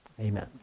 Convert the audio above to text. Amen